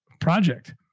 project